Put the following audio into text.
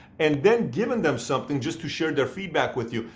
and then giving them something just to share their feedback with you.